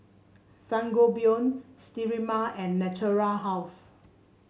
Sangobion Sterimar and Natura House